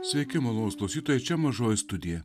sveiki malonūs klausytojai čia mažoji studija